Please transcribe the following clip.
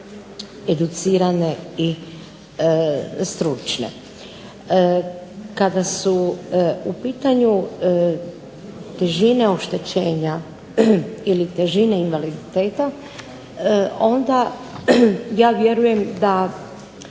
educirane i stručne. Kada su u pitanju težine oštećenja ili težine invaliditeta onda ja vjerujem da